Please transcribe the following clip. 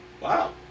Wow